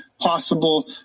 possible